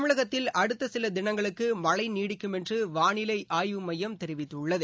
தமிழகத்தில் அடுத்த சில தினங்களுக்கு மழை நீடிக்கும் என்று வானிலை ஆய்வு மையம் தெரிவித்துள்ளது